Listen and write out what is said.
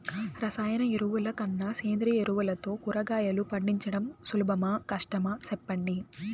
రసాయన ఎరువుల కన్నా సేంద్రియ ఎరువులతో కూరగాయలు పండించడం సులభమా కష్టమా సెప్పండి